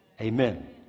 Amen